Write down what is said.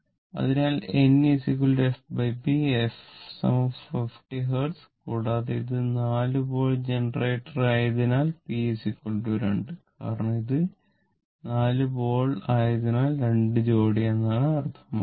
അതിനാൽ n fp f 50 hertz കൂടാതെ ഇത് 4 പോൾ ജനറേറ്റർ ആയതിനാൽ p 2 കാരണം ഇത് നാല് പോൾ ആയതിനാൽ 2 ജോഡി എന്നാണ് അർത്ഥമാക്കുന്നത്